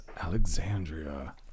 Alexandria